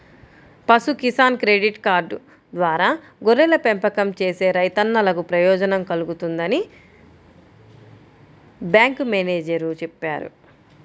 పశు Kisan credit card ద్వారా గొర్రెల పెంపకం చేసే రైతన్నలకు ప్రయోజనం కల్గుతుందని బ్యాంకు మేనేజేరు చెప్పారు